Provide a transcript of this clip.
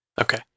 okay